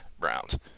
Browns